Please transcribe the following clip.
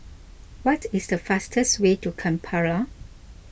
what is the fastest way to Kampala